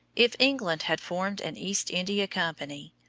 if england had formed an east india company,